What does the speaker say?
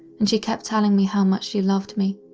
and she kept telling me how much she loved me.